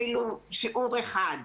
אפילו שיעור אחד,